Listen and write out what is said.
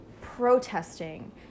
protesting